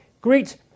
Greet